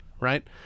right